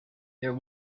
there